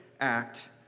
act